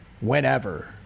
whenever